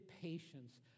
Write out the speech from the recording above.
patience